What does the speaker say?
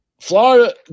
Florida